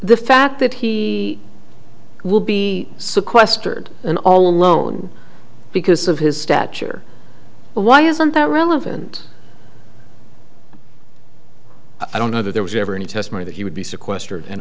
the fact that he will be sequestered and all alone because of his stature but why isn't that relevant i don't know that there was ever any testimony that he would be sequestered and